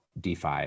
DeFi